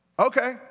Okay